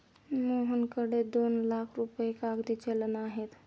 मोहनकडे दोन लाख रुपये कागदी चलन आहे